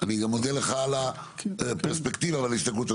אני גם מודה לך על הפרספקטיבה הזאת.